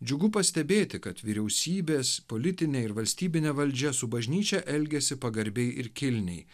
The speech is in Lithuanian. džiugu pastebėti kad vyriausybės politinė ir valstybinė valdžia su bažnyčia elgiasi pagarbiai ir kilniai